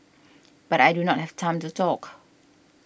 but I do not have time to talk